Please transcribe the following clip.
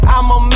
I'ma